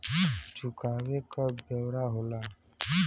चुकावे क ब्योरा होला